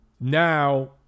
Now